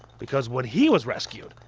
because when he was rescued,